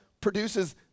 produces